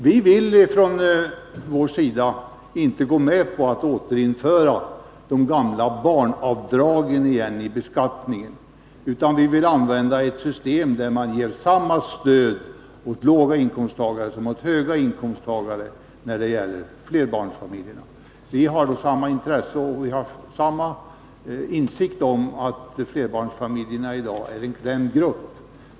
Vi vill från vår sida inte gå med på att återinföra de gamla barnavdragen i beskattningen, utan vi vill använda ett system där man ger samma stöd åt flerbarnsfamiljerna, oavsett om de har låga eller höga inkomster. Vi har samma intresse och samma insikt om att flerbarnsfamiljerna i dag är en klämd grupp.